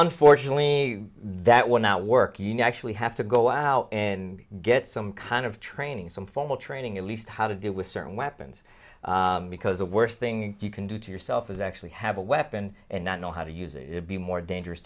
unfortunately that will not work you know actually have to go out in get some kind of training some formal training at least how to deal with certain weapons because the worst thing you can do to yourself is actually have a weapon and not know how to use it would be more dangerous